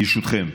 ברשותכם,